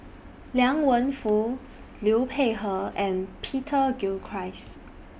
Liang Wenfu Liu Peihe and Peter Gilchrist